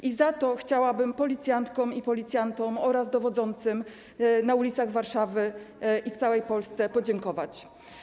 I za to chciałabym policjantkom i policjantom oraz dowodzącym na ulicach Warszawy i w całej Polsce podziękować.